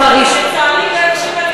לצערי לא הקשיבה לי,